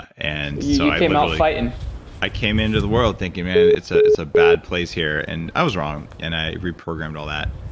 and so i you came out fighting i came into the world thinking, man, it's ah it's a bad place here. and i was wrong, and i reprogrammed all that.